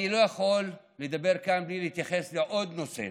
אני לא יכול לדבר כאן בלי להתייחס לעוד נושא.